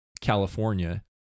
California